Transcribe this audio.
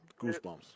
goosebumps